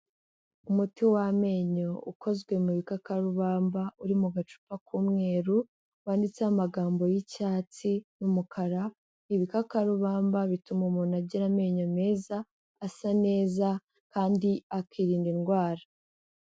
Umuti w'amenyo ukozwe mu bikakarubamba, uri mu gacupa k'umweru, wanditseho amagambo y'icyatsi n'umukara, ibikakarubamba bituma umuntu agira amenyo meza, asa neza kandi akirinda indwara.